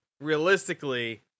realistically